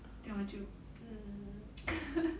then 我就 mm